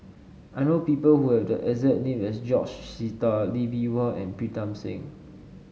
I know people who have the exact name as George Sita Lee Bee Wah and Pritam Singh